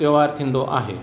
त्योहारु थींदो आहे